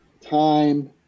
time